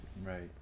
Right